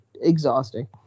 exhausting